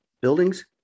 buildings